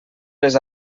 les